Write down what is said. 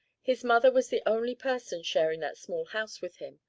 his mother was the only person sharing that small house with him,